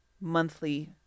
monthly